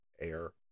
air